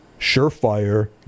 surefire